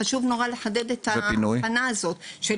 חשוב לחדד את ההבחנה הזו.